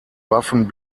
waffen